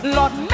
Lord